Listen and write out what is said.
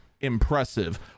impressive